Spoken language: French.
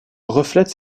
reflète